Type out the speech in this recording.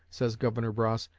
says governor bross,